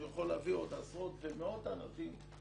אני יכול להביא עוד עשרות ומאות אנשים.